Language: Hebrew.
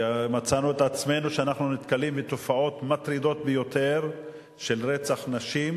מצאנו את עצמנו נתקלים בתופעות מטרידות ביותר של רצח נשים,